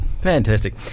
Fantastic